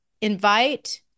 invite